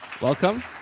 Welcome